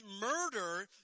murder